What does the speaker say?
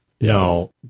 No